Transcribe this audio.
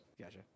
Gotcha